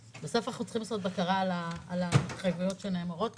בסוף אנחנו צריכים לעשות בקרה על ההתחייבויות שנאמרות כאן,